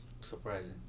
surprising